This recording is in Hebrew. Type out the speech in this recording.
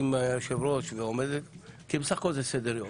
זה בסך הכול סדר-יום.